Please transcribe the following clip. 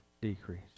decrease